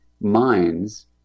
minds